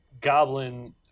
goblin